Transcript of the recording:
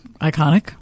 Iconic